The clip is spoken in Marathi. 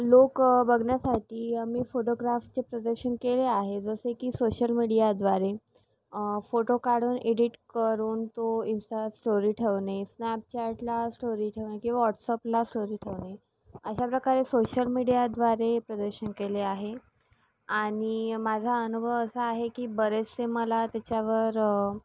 लोक बघण्यासाठी आम्ही फोटोग्राफचे प्रदर्शन केले आहे जसे की सोशल मीडियाद्वारे फोटो काढून एडिट करून तो इन्स्टा स्टोरी ठेवणे स्नॅपचॅटला स्टोरी ठेवणे किंवा व्हाट्सअपला स्टोरी ठेवणे अशा प्रकारे सोशल मीडियाद्वारे प्रदर्शन केले आहे आणि माझा अनुभव असा आहे की बरेचसे मला त्याच्यावर